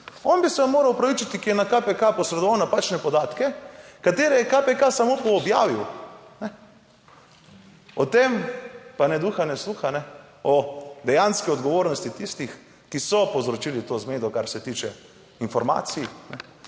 On bi se vam moral opravičiti, ki je na KPK posredoval napačne podatke, katere je KPK samo objavil, kajne? O tem pa ne duha ne sluha, kajne, o dejanski odgovornosti tistih, ki so povzročili to zmedo, kar se tiče informacij,